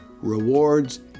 rewards